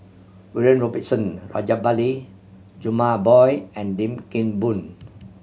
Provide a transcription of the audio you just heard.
William Robinson Rajabali Jumabhoy and Lim Kim Boon